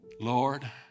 Lord